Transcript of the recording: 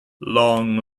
long